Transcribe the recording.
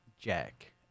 Jack